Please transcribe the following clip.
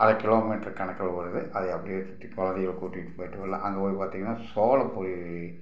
அரை kilometre கணக்கில் ஓடுது அதே அப்படியே சுற்றி குழந்தைகள கூட்டிகிட்டு போய்விட்டு வரலாம் அங்கே போய் பார்த்தீங்கனா சோள பொரி